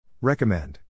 Recommend